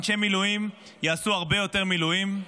אנשי מילואים יעשו הרבה יותר מילואים,